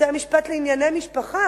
בתי-המשפט לענייני משפחה,